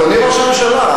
אדוני ראש הממשלה,